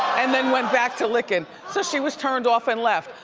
and then went back to lickin'. so she was turned off and left.